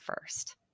first